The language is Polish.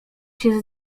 się